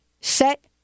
set